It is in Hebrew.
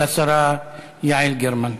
לשרה יעל גרמן.